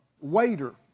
waiter